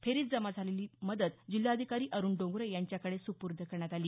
फेरीत जमा झालेली मदत जिल्हाधिकारी अरूण डोंगरे यांच्याकडे सुपुर्द करण्यात आली